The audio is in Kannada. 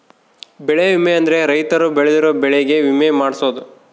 ಬೆಳೆ ವಿಮೆ ಅಂದ್ರ ರೈತರು ಬೆಳ್ದಿರೋ ಬೆಳೆ ಗೆ ವಿಮೆ ಮಾಡ್ಸೊದು